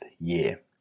year